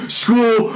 school